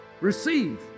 Receive